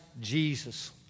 Jesus